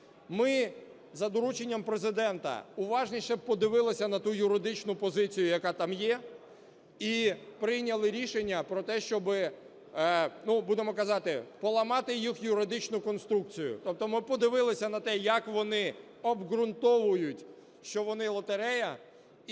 ми за дорученням Президента уважніше подивилися на ту юридичну позицію, яка там є, і прийняли рішення про те, щоб, будемо казати, поламати їх юридичну конструкцію. Тобто ми подивилися на те, як вони обґрунтовують, що вони лотерея, і